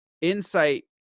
insight